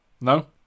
No